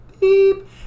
beep